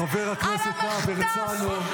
חבר הכנסת דוידסון.